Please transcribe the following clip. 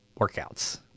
workouts